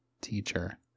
teacher